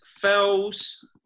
Fells